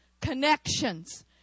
Connections